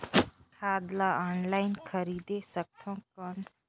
खाद ला ऑनलाइन खरीदे सकथव कौन?